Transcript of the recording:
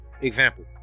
example